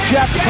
Jeff